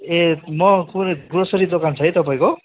ए म ग्रोसरी दोकान छ है तपाईँको